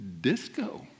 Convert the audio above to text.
disco